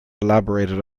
elaborated